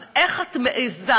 אז איך את מעזה?